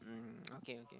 mm okay okay